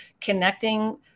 connecting